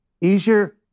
easier